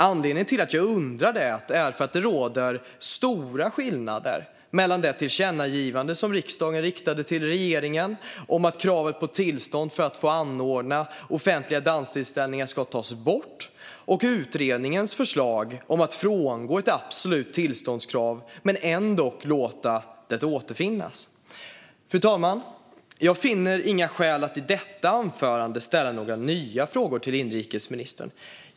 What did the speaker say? Anledningen till att jag undrar är att det råder stora skillnader mellan det tillkännagivande som riksdagen riktade till regeringen om att kravet på tillstånd för att anordna offentliga danstillställningar ska tas bort och utredningens förslag om att frångå ett absolut tillståndskrav men ändock låta det finnas kvar. Fru talman! Jag finner inga skäl att i detta inlägg ställa några nya frågor till inrikesministern.